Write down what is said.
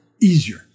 easier